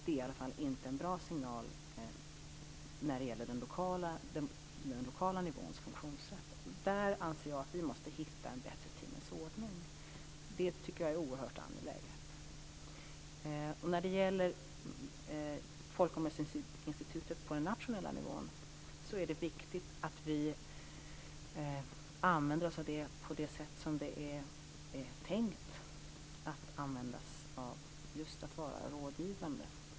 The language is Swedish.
Det är i alla fall ingen bra signal när det gäller den lokala nivåns funktionssätt. Där anser jag att vi måste hitta en bättre tingens ordning. Det tycker jag är oerhört angeläget. När det gäller folkomröstningsinstitutet på den nationella nivån är det viktigt att vi använder oss av det på det sätt som det är tänkt att användas - just att vara rådgivande.